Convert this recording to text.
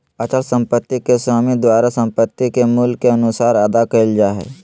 अचल संपत्ति के स्वामी द्वारा संपत्ति के मूल्य के अनुसार अदा कइल जा हइ